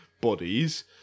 bodies